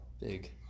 big